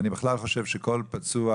אני בכלל חושב שכל פצוע,